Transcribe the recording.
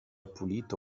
pulito